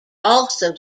also